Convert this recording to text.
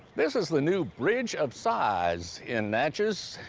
this is the new bridge of sighs in natchez.